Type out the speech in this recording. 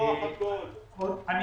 אני